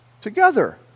together